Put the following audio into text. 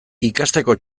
ikasteko